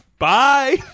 Bye